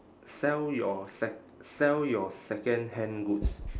sell your sec~ sell your secondhand goods